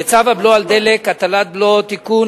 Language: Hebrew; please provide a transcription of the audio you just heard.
וצו הבלו על דלק (הטלת בלו) (תיקון),